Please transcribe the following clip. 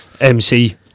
MC